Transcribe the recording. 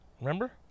Remember